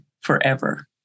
forever